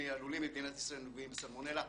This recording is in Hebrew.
מהלולים במדינת ישראל נגועים בסלמונלה.